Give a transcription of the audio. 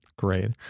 Great